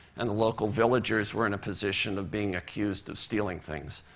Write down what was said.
and the local villagers were in a position of being accused of stealing things.